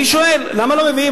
אני שואל, למה לא מביאים?